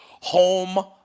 Home